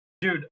dude